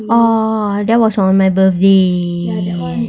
oh that was on my birthday